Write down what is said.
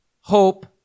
hope